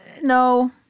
No